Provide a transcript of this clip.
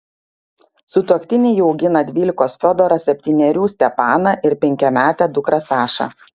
sutuoktiniai jau augina dvylikos fiodorą septynerių stepaną ir penkiametę dukrą sašą